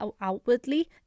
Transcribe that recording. outwardly